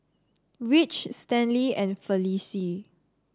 Ridge Stanley and Felicie